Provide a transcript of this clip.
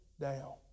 down